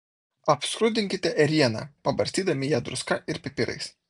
apskrudinkite ėrieną pabarstydami ją druska ir pipirais